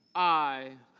i.